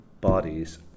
bodies